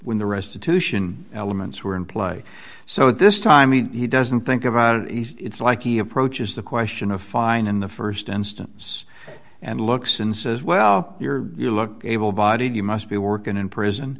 when the restitution elements were in play so this time he doesn't think about it it's like he approaches the question of fine in the st instance and looks and says well you're you look able bodied you must be working in prison